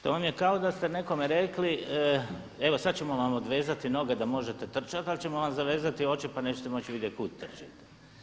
To vam je kao da ste nekome rekli evo sad ćemo vam odvezati noge da možete trčati, ali ćemo vam zavezati oči pa nećete moći vidjeti kud trčite.